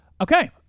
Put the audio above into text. Okay